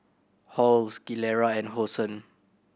Halls Gilera and Hosen